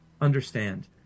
understand